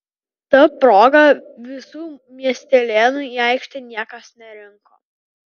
ta proga visų miestelėnų į aikštę niekas nerinko